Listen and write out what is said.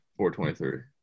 423